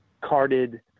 carded